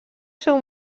seu